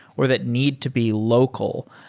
or that need to be local.